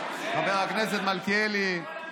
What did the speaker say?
חבר הכנסת מלכיאלי,